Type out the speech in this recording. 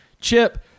Chip